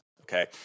Okay